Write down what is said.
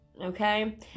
Okay